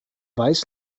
weiß